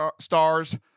stars